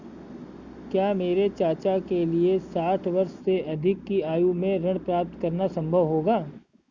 क्या मेरे चाचा के लिए साठ वर्ष से अधिक की आयु में ऋण प्राप्त करना संभव होगा?